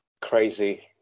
crazy